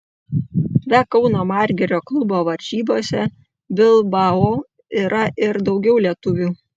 be kauno margirio klubo varžybose bilbao yra ir daugiau lietuvių